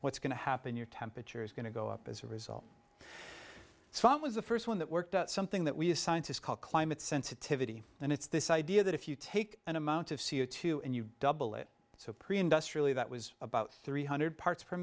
what's going to happen your temperature is going to go up as a result so i was the first one that worked out something that we as scientists call climate sensitivity and it's this idea that if you take an amount of c o two and you double it so pre industrial you that was about three hundred parts